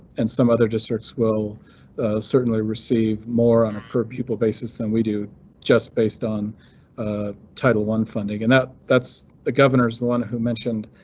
and some other districts will certainly receive more on a per pupil basis then we do just based on ah title one funding and that's the governor is the one who mentioned.